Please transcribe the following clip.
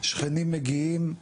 שכנים מגיעים,